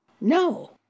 no